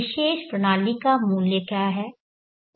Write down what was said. विशेष प्रणाली का मूल्य क्या है